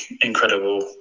incredible